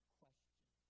question